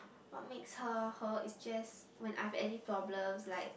what makes her her is just when I've any problems like